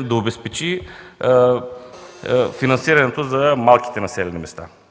да обезпечи финансирането за малките населени места.